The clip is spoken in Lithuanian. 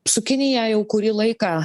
su kinija jau kurį laiką